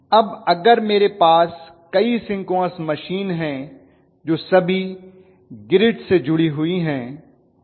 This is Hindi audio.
अब अगर मेरे पास कई सिंक्रोनस मशीन हैं जो सभी ग्रिड से जुड़ी हुई हैं